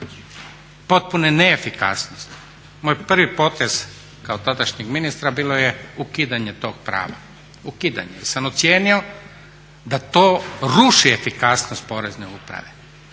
potpune neefikasnosti. Moj prvi potez kao tadašnjeg ministra bilo je ukidanje tog prava, ukidanje jer sam ocijenio da to ruši efikasnost Porezne uprave.